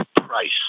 price